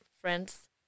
friends